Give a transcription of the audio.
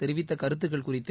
தெரிவித்த கருத்துக்கள் குறித்து